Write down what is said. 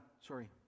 Sorry